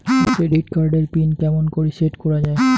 Credit card এর pin কেমন করি সেট করা য়ায়?